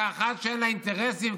כאחת שאין לה אינטרסים,